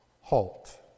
halt